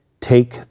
take